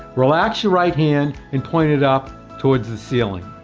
relax your right hand and point it up towards the ceiling.